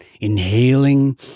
Inhaling